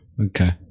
Okay